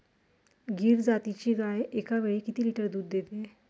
गीर जातीची गाय एकावेळी किती लिटर दूध देते?